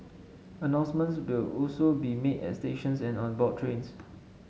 announcements will also be made at stations and on board trains